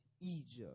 Egypt